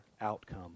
outcome